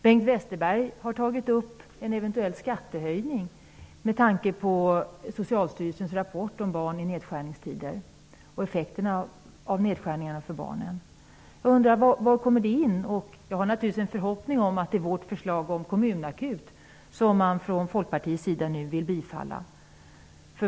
Bengt Westerberg har tagit upp frågan om en eventuell skattehöjning med tanke på Socialstyrelsens rapport om barn i nedskärningstider och effekterna av nedskärningarna för barnen. Var kommer det i så fall in? Jag har naturligtvis en förhoppning om att det är vårt förslag om en kommunakut som man från Folkpartiets sida nu vill bifalla.